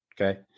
Okay